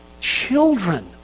children